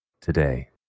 today